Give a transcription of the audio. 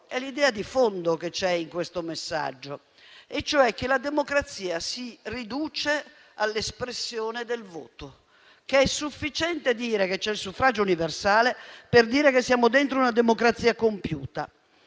è l'idea di fondo che c'è in questo messaggio e cioè che la democrazia si riduce all'espressione del voto, ovvero che è sufficiente la presenza del suffragio universale per dire che siamo dentro una democrazia compiuta.